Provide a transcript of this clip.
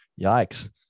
yikes